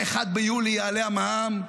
ב-1 ביולי יעלה המע"מ.